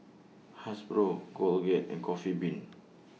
Hasbro Colgate and Coffee Bean